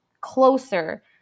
closer